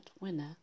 winner